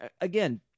again